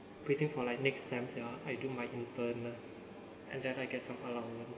waiting for like next sem ah I do my intern and then I get some allowance